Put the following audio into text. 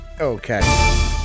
Okay